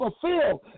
fulfilled